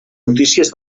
notícies